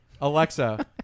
Alexa